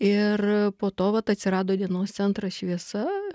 ir po to vat atsirado dienos centras šviesa